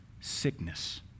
sickness